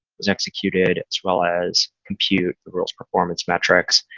was executed, as well as compute rules performance metrics.